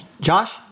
Josh